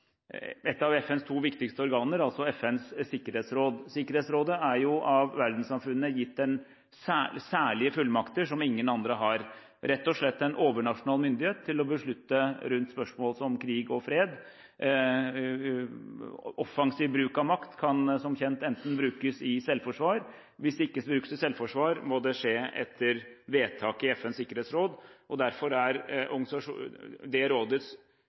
av FNs to viktigste organer, altså FNs sikkerhetsråd. Sikkerhetsrådet er jo av verdenssamfunnet gitt særlige fullmakter som ingen andre har, rett og slett en overnasjonal myndighet til å beslutte i spørsmål som krig og fred. Offensiv bruk av makt kan som kjent brukes i selvforsvar, og hvis det ikke brukes til selvforsvar, må det skje etter vedtak i FNs sikkerhetsråd. Derfor er det rådets